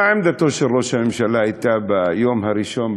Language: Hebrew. מה הייתה עמדתו של ראש הממשלה ביום הראשון,